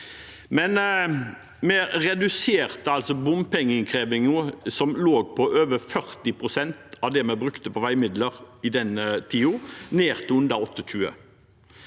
vi reduserte bompengeinnkrevingen, som lå på over 40 pst. av det vi brukte på veimidler i den tiden, til under 28